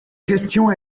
question